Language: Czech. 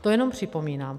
To jenom připomínám.